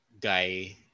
guy